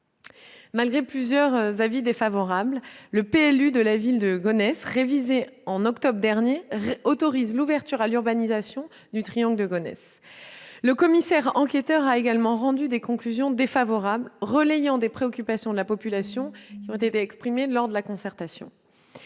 Malgré plusieurs avis défavorables, le plan local d'urbanisme de la ville de Gonesse, révisé en octobre dernier, autorise l'ouverture à l'urbanisation du triangle de Gonesse. Le commissaire enquêteur a également rendu des conclusions défavorables, relayant des préoccupations de la population exprimées lors de la concertation.